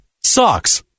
socks